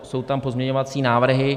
Jsou tam pozměňovací návrhy.